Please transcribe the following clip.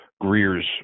Greer's